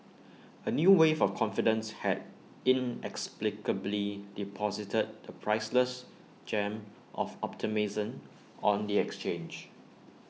A new wave of confidence had inexplicably deposited the priceless gem of optimism on the exchange